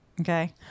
Okay